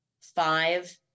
five